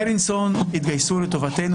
בלינסון התגייסו לטובתנו,